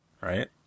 right